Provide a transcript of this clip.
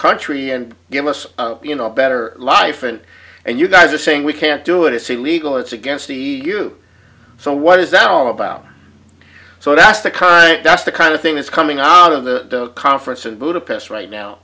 country and give us you know a better life and and you guys are saying we can't do it it's illegal it's against the you so what is that all about so that's the conflict that's the kind of thing is coming out of the conference in budapest right now